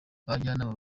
abajyanama